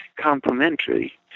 complementary